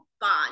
bond